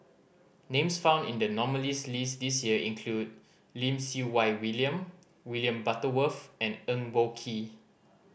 names found in the nominees' list this year include Lim Siew Wai William William Butterworth and Eng Boh Kee